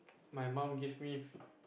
my mum gave me